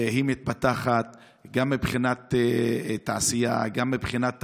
היא מתפתחת, גם מבחינת תעשייה, גם מבחינת תיירות,